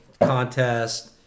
contest